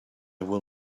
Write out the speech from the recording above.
will